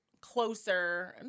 closer